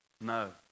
No